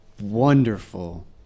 wonderful